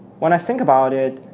when i think about it,